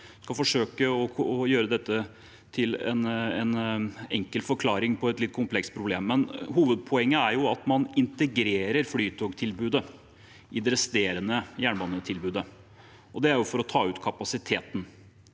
jeg skal forsøke med en enkel forklaring på et litt komplekst problem: Hovedpoenget er at man integrerer flytogtilbudet i det resterende jernbanetilbudet, og det er for å ta ut kapasiteten,